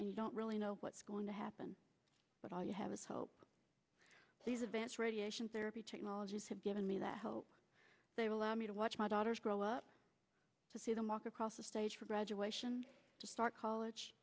and you don't really know what's going to happen but all you have is hope these events radiation therapy technologies have given me that hope they will allow me to watch my daughter grow up to see them walk across the stage for graduation to start college